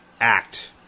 act